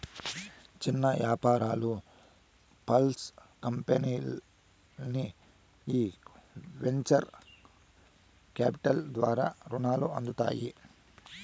చిన్న యాపారాలు, స్పాల్ కంపెనీల్కి ఈ వెంచర్ కాపిటల్ ద్వారా రునం అందుతాది